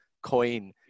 coin